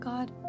God